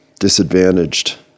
disadvantaged